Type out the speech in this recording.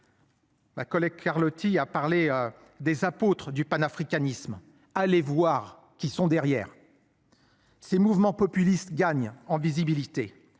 La collègue Carlotti a parlé des apôtres du panafricanisme, allez voir qui sont derrière. Ces mouvements populistes gagnent en visibilité